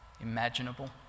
imaginable